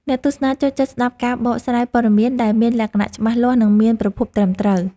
អ្នកទស្សនាចូលចិត្តស្តាប់ការបកស្រាយព័ត៌មានដែលមានលក្ខណៈច្បាស់លាស់និងមានប្រភពត្រឹមត្រូវ។